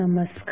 नमस्कार